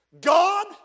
God